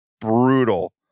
brutal